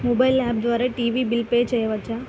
Mobile app ద్వారా TV bill pay చేయవచ్చా?